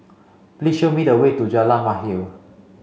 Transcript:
please show me the way to Jalan Mahir